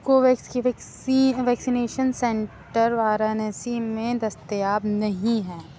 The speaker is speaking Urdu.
کو ویکس کے ویکسین ویکسینیشن سینٹر وارانسی میں دستیاب نہیں ہیں